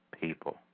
people